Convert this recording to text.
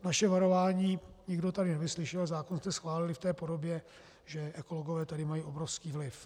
Naše varování nikdo tady nevyslyšel, zákon jste schválili v té podobě, že ekologové tady mají obrovský vliv.